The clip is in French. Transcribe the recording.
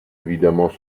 évidemment